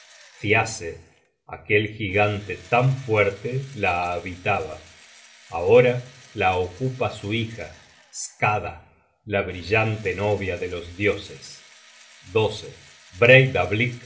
celeste thiasse aquel gigante tan fuerte la habitaba ahora la ocupa su hija skada la brillante novia de los dioses breidablick